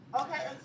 Okay